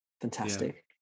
fantastic